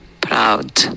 proud